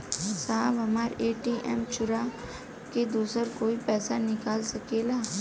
साहब हमार ए.टी.एम चूरा के दूसर कोई पैसा निकाल सकेला?